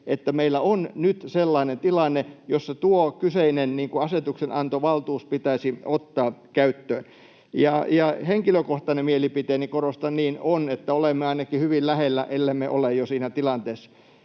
että meillä on nyt sellainen tilanne, jossa tuo kyseinen asetuksenantovaltuus pitäisi ottaa käyttöön. Henkilökohtainen mielipiteeni — korostan niin — on, että olemme ainakin hyvin lähellä, ellemme ole jo siinä tilanteessa.